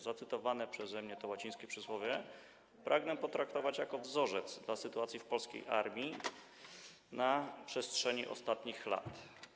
Zacytowane przeze mnie łacińskie przysłowie pragnę potraktować jako wzorzec, odnosząc się do sytuacji w polskiej armii na przestrzeni ostatnich lat.